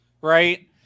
Right